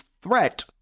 threat